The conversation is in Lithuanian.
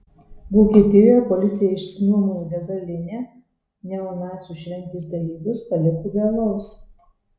vokietijoje policija išsinuomojo degalinę neonacių šventės dalyvius paliko be alaus